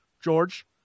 George